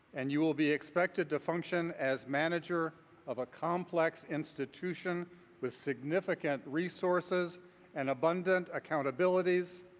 and you will be expected to function as manager of a complex institution with significant resources and abundant accountabilities.